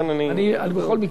בכל מקרה,